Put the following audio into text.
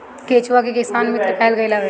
केचुआ के किसान मित्र कहल गईल हवे